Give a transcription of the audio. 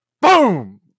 boom